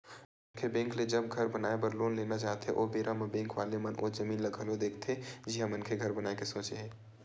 मनखे बेंक ले जब घर बनाए बर लोन लेना चाहथे ओ बेरा म बेंक वाले मन ओ जमीन ल घलो देखथे जिहाँ मनखे घर बनाए के सोचे हे